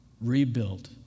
rebuilt